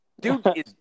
Dude